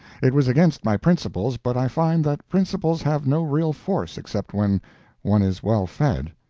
it was against my principles, but i find that principles have no real force except when one is well fed.